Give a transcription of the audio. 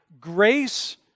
grace